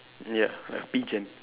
ya a pigeon